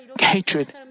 hatred